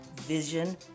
Vision